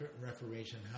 Reformation